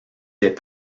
des